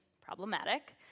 problematic